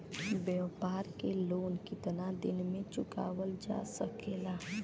व्यापार के लोन कितना दिन मे चुकावल जा सकेला?